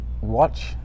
watch